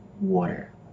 water